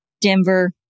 Denver